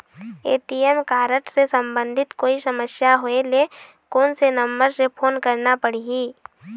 ATM card से संबंधित कोई समस्या होय ले, कोन से नंबर से फोन करना पढ़ही?